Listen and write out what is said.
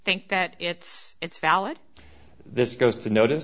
think that it's it's valid this goes to notice